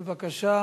בבקשה.